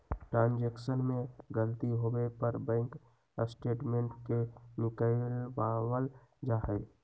transaction में गलती होवे पर बैंक स्टेटमेंट के निकलवावल जा हई